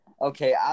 Okay